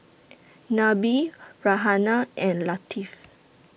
Nabil Raihana and Latif